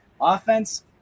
Offense